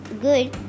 good